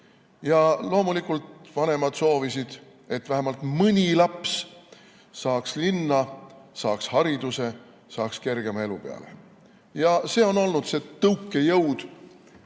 Loomulikult soovisid vanemad, et vähemalt mõni laps saaks linna, saaks hariduse, saaks kergema elu peale. See on olnud see tõukejõud,